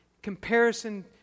Comparison